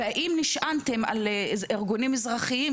והאם נשענתם על ארגונים אזרחיים,